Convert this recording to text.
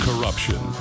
Corruption